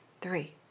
Three